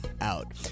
out